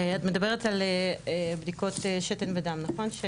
את מדברת על בדיקות שתן ודם נכון?